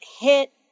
hit